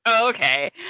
okay